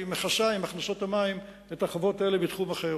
היא מכסה עם הכנסות המים את החובות האלה בתחום אחר.